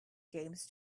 games